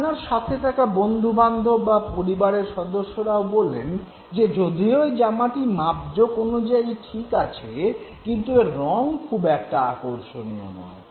আপনার সাথে থাকা বন্ধু বান্ধব বা পরিবারের সদস্যরাও বললেন যে যদিও জামাটি মাপজোক অনুযায়ী ঠিক আছে কিন্তু এর রং খুব একটা আকর্ষণীয় নয়